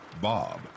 Bob